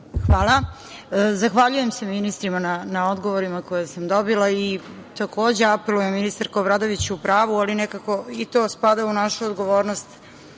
Hvala. Zahvaljujem se ministrima na odgovorima koje sam dobila. Takođe apelujem, ministarka Obradović je u pravu, ali nekako i to spada u našu odgovornost,